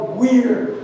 weird